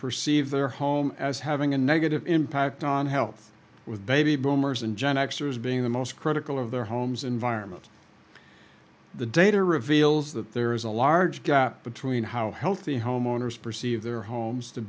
perceive their home as having a negative impact on health with baby boomers and gen xers being the most critical of their homes environment the data reveals that there is a large gap between how healthy homeowners perceive their homes to